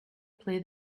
play